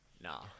Nah